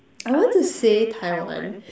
I want to say Taiwan